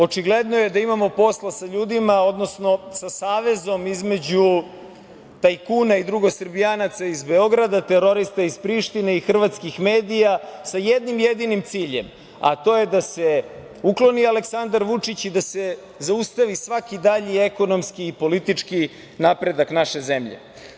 Očigledno je da imamo posla sa savezom između tajkuna i drugosrbijanaca iz Beograda, terorista iz Prištine i hrvatskih medija, sa jednim jedinim ciljem, a to je da se ukloni Aleksandar Vučić i da se zaustavi svaki dalji ekonomski i politički napredak naše zemlje.